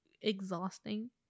exhausting